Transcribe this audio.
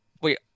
wait